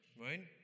right